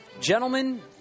Gentlemen